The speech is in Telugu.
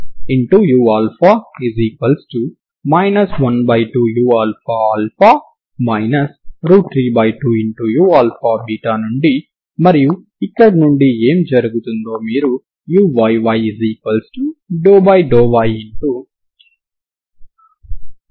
ఇదే విధంగా మీరు సెమీ ఇన్ఫినిటీ స్ట్రింగ్ సమీకరణం కోసం కూడా చేయవచ్చు ఇక్కడ ఈ సమీకరణం సరిహద్దు సమాచారం కలిగి 0 నుండి ∞ వరకు వున్న తరంగ సమీకరణం అవుతుంది